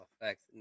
effects